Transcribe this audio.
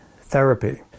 therapy